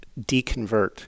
deconvert